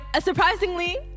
surprisingly